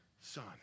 son